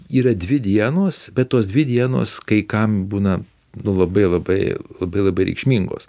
yra dvi dienos bet tos dvi dienos kai kam būna labai labai labai labai reikšmingos